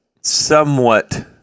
somewhat